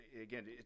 Again